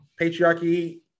patriarchy